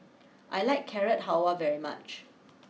I like Carrot Halwa very much